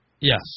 Yes